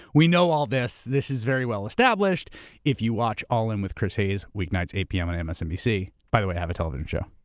we know all this. this is very well established if you watch all in with chris hayes, weeknights, eight pm on and msnbc. by the way, i have a television show.